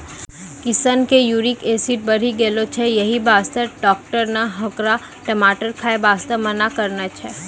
किशन के uric acid बढ़ी गेलो छै यही वास्तॅ डाक्टर नॅ होकरा टमाटर खाय वास्तॅ मना करनॅ छै